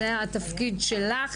זה התפקיד שלך,